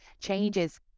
changes